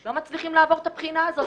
לא מצליחים לעבור את הבחינה הזאת.